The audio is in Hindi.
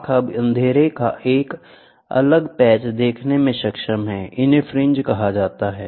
आंख अब अंधेरे का एक अलग पैच देखने में सक्षम है इन्हें फ्रिंज कहा जाता है